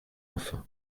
enfant